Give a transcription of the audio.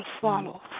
follow